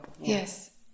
Yes